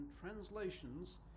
translations